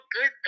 good